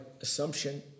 assumption